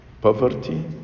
poverty